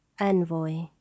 Envoy